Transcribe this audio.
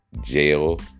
Jail